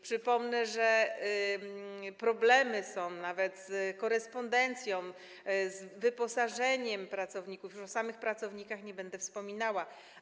Przypomnę, że problemy są nawet z korespondencją, z wyposażeniem pracowników, bo o samych pracownikach już nie będę wspominała.